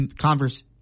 Converse